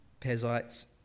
Pezites